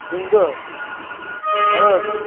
हिंग हळद